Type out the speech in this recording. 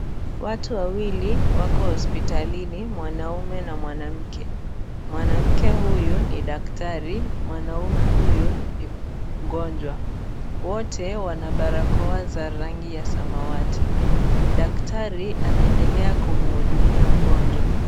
Watu wawili wako hospitalini mwanaume na mwanamke, mwanamke huyu ni daktari, mwanaume huyu ni mgonjwa, wote wana barakoa za rangi ya samawati, daktari anaendelea kumhudumia mgonjwa.